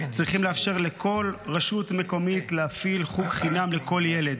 צריכים לאפשר לכל רשות מקומית להפעיל חוג חינם לכל ילד.